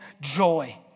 joy